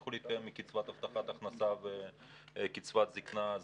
ימשיכו להתקיים מקצבת הבטחת הכנסה וקצבת זקנה זעומה,